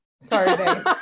sorry